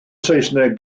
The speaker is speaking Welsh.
saesneg